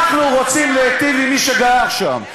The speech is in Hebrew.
אנחנו רוצים להיטיב עם מי שגר שם,